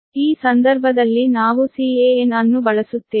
ಈ ಸಂದರ್ಭದಲ್ಲಿ ನಾವು Can ಅನ್ನು ಬಳಸುತ್ತೇವೆ